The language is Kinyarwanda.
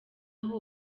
aho